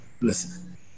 Listen